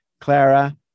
Clara